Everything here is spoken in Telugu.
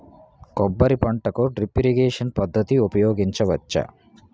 కొబ్బరి పంట కి డ్రిప్ ఇరిగేషన్ పద్ధతి ఉపయగించవచ్చా?